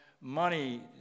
money